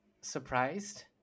surprised